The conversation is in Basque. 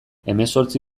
hemezortzi